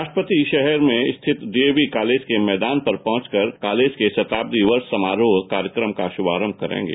राष्ट्रपति शहर में स्थित डी ए वी कॉलेज के मैदान में पहंच कर कॉलेज के शताब्दी वर्ष समारोह कार्यक्रम का श्भारम्भ करेंगे